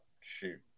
shoot